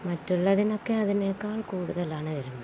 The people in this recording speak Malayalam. മറ്റുള്ളതിനൊക്കെ അതിനേക്കാൾ കൂടുതലാണു വരുന്നത്